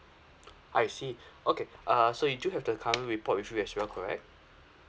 I see okay uh so you do have the current report with you as well correct